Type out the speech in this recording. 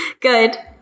Good